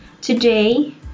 today